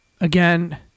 Again